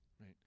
right